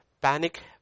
panic